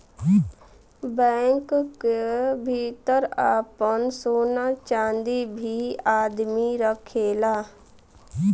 bank क भितर आपन सोना चांदी भी आदमी रखेला